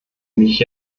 mich